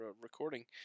recording